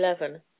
eleven